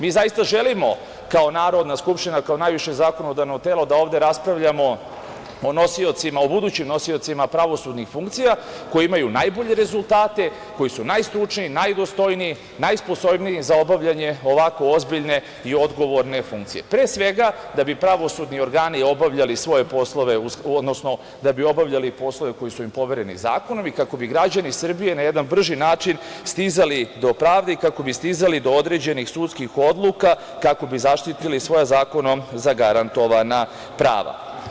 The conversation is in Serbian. Mi zaista želimo kao Narodna skupština, kao najviše zakonodavno telo da ovde raspravljamo o nosiocima, o budućim nosiocima pravosudnih funkcija koji imaju najbolje rezultate, koji su najstručniji, najdostojniji, najsposobniji za obavljanje ovako ozbiljne i odgovorne funkcije, pre svega da bi pravosudni organi obavljali svoje poslove, odnosno da bi obavljali poslove koji su im povereni zakonom i kako bi građani Srbije na jedan brži način stizali do pravde i kako bi stizali do određenih sudskih odluka kako bi zaštitili svoja zakonom zagarantovana prava.